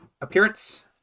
appearance